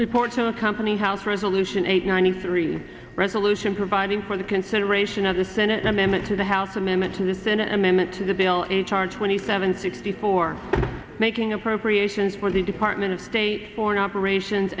report to accompany house resolution eight ninety three resolution providing for the consideration of the senate amendment to the house amendment to the senate amendment to the bill h r twenty seven sixty four making appropriations for the department of state foreign operations